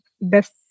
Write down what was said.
best